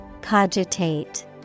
Cogitate